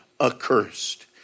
accursed